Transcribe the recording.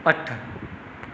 अठ